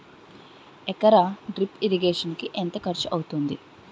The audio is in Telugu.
ఎకర డ్రిప్ ఇరిగేషన్ కి ఎంత ఖర్చు అవుతుంది?